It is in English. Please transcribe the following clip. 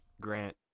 Grant